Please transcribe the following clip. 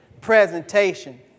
presentation